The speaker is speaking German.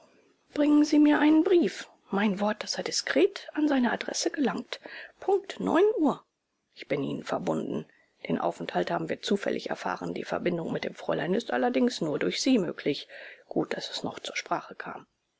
bringen sie mir einen brief mein wort daß er diskret an seine adresse gelangt punkt neun uhr ich bin ihnen verbunden den aufenthalt haben wir zufällig erfahren die verbindung mit dem fräulein ist allerdings nur durch sie möglich gut daß es noch zur sprache kam